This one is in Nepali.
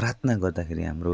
प्रार्थना गर्दाखेरि हाम्रो